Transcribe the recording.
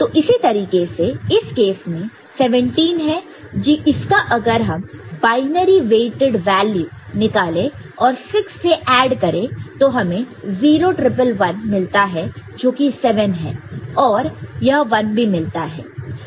तो इसी तरीके से इस केस में 17 है इसका अगर हम बायनरी वेटड वैल्यू निकाले और 6 से ऐड करें तो हमें 0 1 1 1 मिलता है जोकि 7 है और यह 1 भी मिलता है